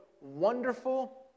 wonderful